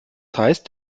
heißt